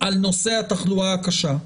על נושא התחלואה הקשה,